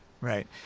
Right